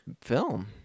film